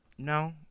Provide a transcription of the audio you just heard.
No